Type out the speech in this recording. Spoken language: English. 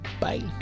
Bye